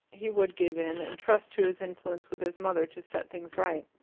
he would give in, and trust to his influence with his mother to set things right.